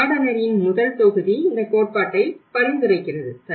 இந்த பாடநெறியின் முதல் தொகுதி இந்த கோட்பாட்டைப் பரிந்துரைக்கிறது